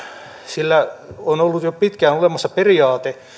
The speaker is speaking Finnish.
sillä on ollut jo pitkään olemassa periaate